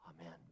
Amen